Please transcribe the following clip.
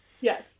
yes